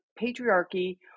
patriarchy